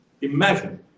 Imagine